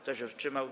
Kto się wstrzymał?